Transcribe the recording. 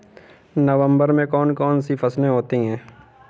नवंबर में कौन कौन सी फसलें होती हैं?